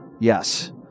Yes